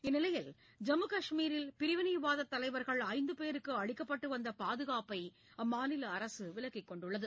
இந்நிலையில் ஜம்மு கஷ்மீரில் பிரிவினைவாத தலைவர்கள் ஐந்து பேருக்கு அளிக்கப்பட்டு வந்த பாதுகாப்பை அம்மாநில அரசு விலக்கிக் கொண்டுள்ளது